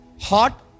Hot